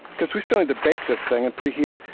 cause we still need to bake this thing and preheat it,